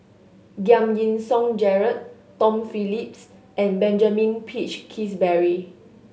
Giam Yean Song Gerald Tom Phillips and Benjamin Peach Keasberry